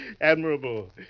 Admirable